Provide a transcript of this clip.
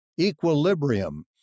equilibrium